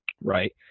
right